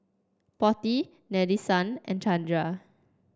Potti Nadesan and Chanda